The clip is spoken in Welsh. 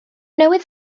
newydd